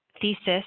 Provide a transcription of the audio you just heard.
thesis